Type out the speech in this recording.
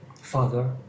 father